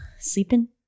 sleeping